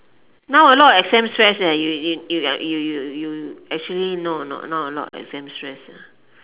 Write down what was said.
now a lot exams stress leh you you you you you actually know or not now a lot exam stress